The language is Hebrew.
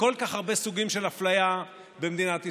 וכל כך הרבה סוגים של אפליה במדינת ישראל,